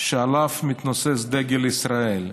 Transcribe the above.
שעליו מתנוסס דגל ישראל?